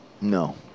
No